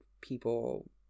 people